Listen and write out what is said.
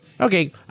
Okay